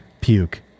Puke